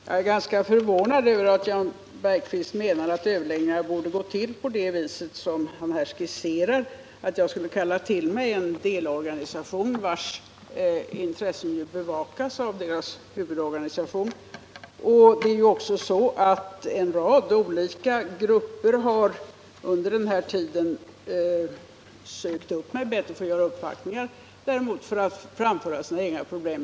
Herr talman! Jag är ganska förvånad över att Jan Bergqvist menar att överläggningar borde gå till på det viset som han här skisserar, nämligen att jag skulle kalla till mig en delegation vars intressen ju bevakas av dess huvudorganisation. Det är också så att en rad olika grupper under den här tiden har sökt upp mig och bett att få göra uppvaktningar för att få framföra sina egna problem.